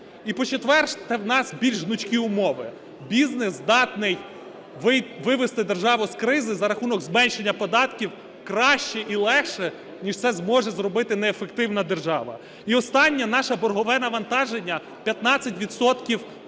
І по-четверте, в нас більш гнучкі умови. Бізнес здатний вивести державу з кризи за рахунок зменшення податків краще і легше, ніж це зможе зробити неефективна держава. І останнє. Наше боргове навантаження – 15